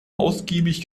ausgiebig